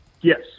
Yes